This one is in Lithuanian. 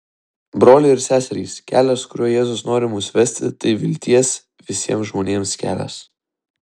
broliai ir seserys kelias kuriuo jėzus nori mus vesti tai vilties visiems žmonėms kelias